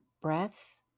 breaths